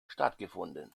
stattgefunden